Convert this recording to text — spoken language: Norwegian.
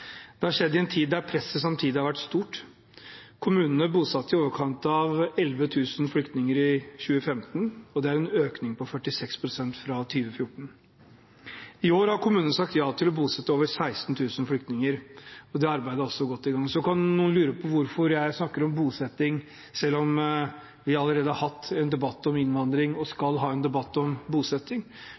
Det har skjedd i en tid der presset samtidig har vært stort. Kommunene bosatte i overkant av 11 000 flyktninger i 2015, og det er en økning på 46 pst. fra 2014. I år har kommunene sagt ja til å bosette over 16 000 flyktninger. Det arbeidet er også godt i gang. Så kan noen lure på hvorfor jeg snakker om bosetting, når vi allerede har hatt en debatt om innvandring og skal ha en debatt om bosetting.